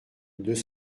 deux